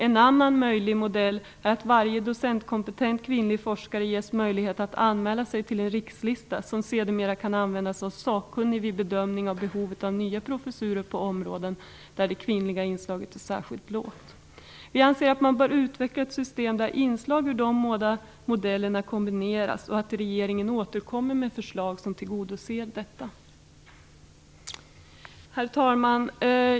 En annan möjlig modell är att varje docentkompetent kvinnlig forskare ges möjlighet att anmäla sig till en rikslista som sedermera kan användas som underlag vid bedömning av behovet av nya professurer på områden där det kvinnliga inslaget är särskilt lågt. Vi anser att man bör utveckla ett system där inslag ur de båda modellerna kombineras och att regeringen bör återkomma med förslag som tillgodoser detta. Herr talman!